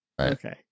Okay